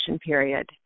period